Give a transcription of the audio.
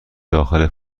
داخل